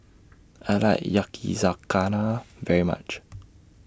I like Yakizakana very much